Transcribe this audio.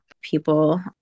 people